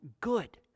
good